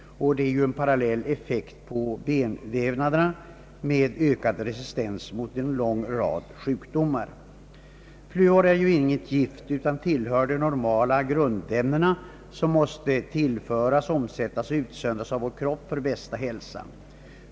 En parallell effekt på benvävnaderna nås också, med ökad resistens mot en lång rad sjukdomar. Fluor är ju inget gift utan tillhör de normala grundämnen som måste tillföras, omsättas och utsöndras av vår kropp för bästa hälsa.